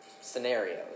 scenarios